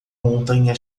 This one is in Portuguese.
montanha